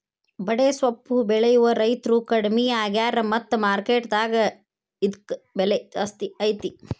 ಬಡೆಸ್ವಪ್ಪು ಬೆಳೆಯುವ ರೈತ್ರು ಕಡ್ಮಿ ಆಗ್ಯಾರ ಮತ್ತ ಮಾರ್ಕೆಟ್ ದಾಗ ಇದ್ಕ ಬೆಲೆ ಜಾಸ್ತಿ